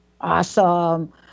Awesome